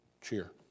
cheer